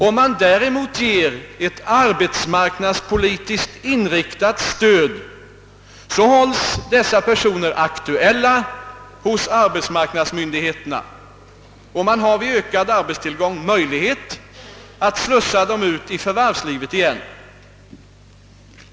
Om man däremot ger dem ett arbetsmarknadspolitiskt inriktat stöd, hålls de aktuella hos arbetsmarknadsmyndigheterna, som vid ökad arbetstillgång har möjlighet att slussa dem ut i förvärvslivet igen.